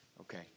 Okay